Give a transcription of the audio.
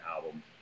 album